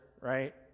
right